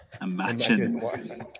imagine